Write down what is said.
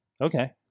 Okay